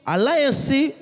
Alliance